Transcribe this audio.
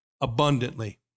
abundantly